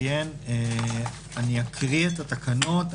אקריא את התקנות.